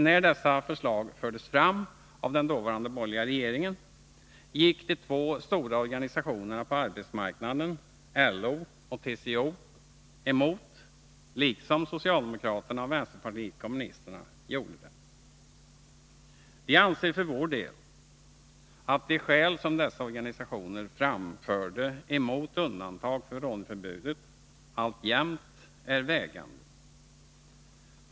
När dessa förslag fördes fram av den dåvarande borgerliga regeringen gick de två stora organisationerna på arbetsmarknaden, LO och TCO, emot. Även socialdemokraterna och vänsterpartiet kommunisterna gjorde det. Vi anser för vår del att de skäl som dessa organisationer framförde emot undantag från låneförbudet alltjämt är vägande.